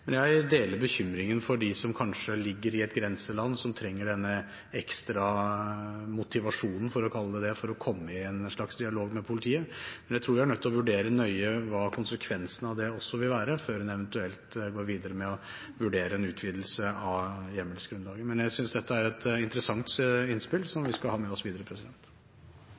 Jeg deler bekymringen for dem som kanskje ligger i et grenseland, som trenger denne ekstra motivasjonen, for å kalle det det, for å komme i en slags dialog med politiet. Men jeg tror vi er nødt til å vurdere nøye hva konsekvensene av det også vil være før en eventuelt går videre med å vurdere en utvidelse av hjemmelsgrunnlaget. Men jeg synes dette er et interessant innspill, som vi skal ha med oss videre.